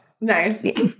Nice